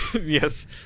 Yes